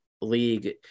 league